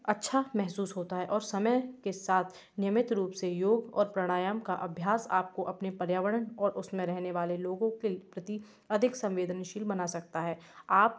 अच्छा महसूस होता है और समय के साथ नियमित रूप से योग और प्राणायाम का अभ्यास आपको अपने पर्यावरण और उसमें रहने वाले लोगों के प्रति अधिक समवेदनशील बना सकता है आप